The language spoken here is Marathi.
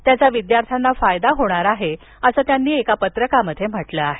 त्याचा विद्यार्थ्यांना फायदा होणार आहे असं त्यांनी एका पत्रकात म्हटलं आहे